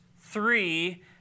three